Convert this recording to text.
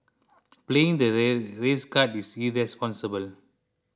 playing the ret race card is irresponsible